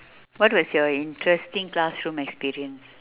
what was your interesting classroom experience